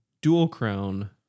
dual-crown